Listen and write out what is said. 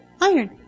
iron